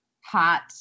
hot